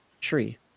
tree